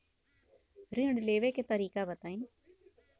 ऋण लेवे के तरीका बताई?